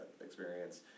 experience